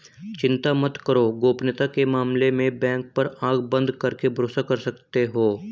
चिंता मत करो, गोपनीयता के मामले में बैंक पर आँख बंद करके भरोसा कर सकते हो